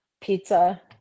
pizza